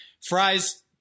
Fries –